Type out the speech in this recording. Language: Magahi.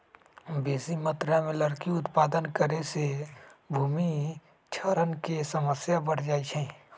बेशी मत्रा में लकड़ी उत्पादन करे से भूमि क्षरण के समस्या बढ़ जाइ छइ